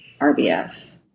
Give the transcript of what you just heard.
rbf